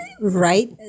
right